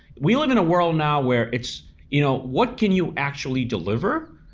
we live in a world now where it's, you know what can you actually deliver?